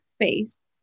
face